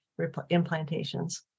implantations